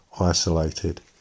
isolated